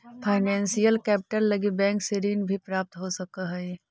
financial capital लगी bank से ऋण भी प्राप्त हो सकऽ हई